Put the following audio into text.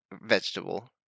vegetable